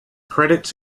credits